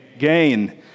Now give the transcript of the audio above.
gain